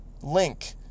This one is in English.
link